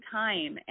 time